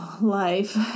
Life